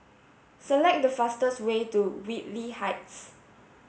select the fastest way to Whitley Heights